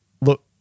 Look